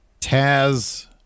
Taz